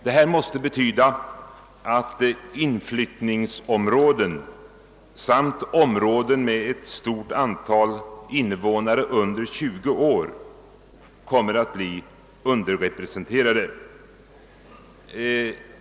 Detta måste betyda att inflyttningsområden samt områden med ett stort antal invånare under 20 år kommer att bli underrepresenterade.